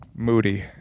Moody